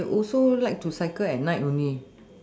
they also like to cycle at night only